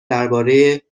درباره